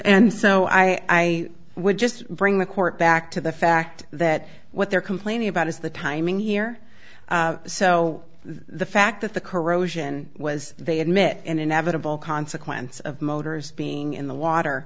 and so i would just bring the court back to the fact that what they're complaining about is the timing here so the fact that the corrosion was they admit and inevitable consequence of motors being in the water